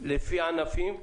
לפי הענפים,